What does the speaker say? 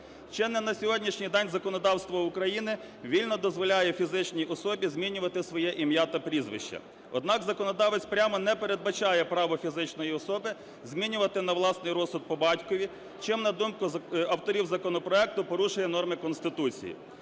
Чинне на сьогоднішній день законодавство України вільно дозволяє фізичній особі змінювати своє ім'я та прізвище, однак законодавець прямо не передбачає право фізичної особи змінювати на власний розсуд по батькові, чим, на думку авторів законопроекту, порушує норми Конституції.